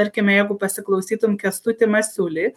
tarkime jeigu pasiklausytum kęstutį masiulį